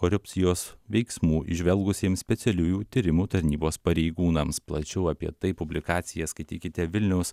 korupcijos veiksmų įžvelgusiems specialiųjų tyrimų tarnybos pareigūnams plačiau apie tai publikaciją skaitykite vilniaus